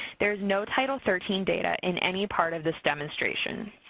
there is no title thirteen data in any part of this demonstration.